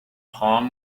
palm